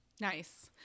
Nice